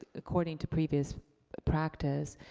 according to previous practice,